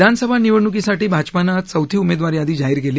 विधानसभा निवडणुकसाठी भाजपानं आज चौथी उमेदवार यादी जाहीर केली